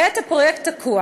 כעת הפרויקט נתקע,